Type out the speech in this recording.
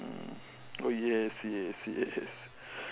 yes yes yes